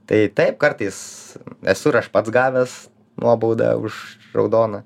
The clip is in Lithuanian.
tai taip kartais esu ir aš pats gavęs nuobaudą už raudoną